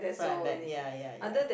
front and back ya ya ya